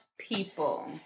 people